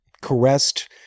caressed